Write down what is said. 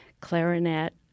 clarinet